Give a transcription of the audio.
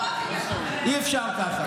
אי-אפשר ככה.